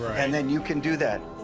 and then you can do that.